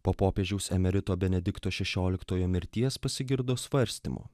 po popiežiaus emerito benedikto šešioliktojo mirties pasigirdo svarstymų